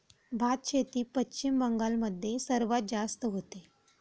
भातशेती पश्चिम बंगाल मध्ये सर्वात जास्त होते